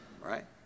Right